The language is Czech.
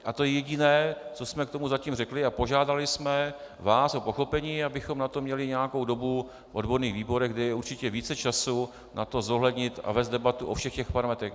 A to jediné, co jsme k tomu zatím řekli, a požádali jsme vás o pochopení, abychom na to měli nějakou dobu v odborných výborech, kde je určitě více času na to zohlednit a vést debatu o všech parametrech.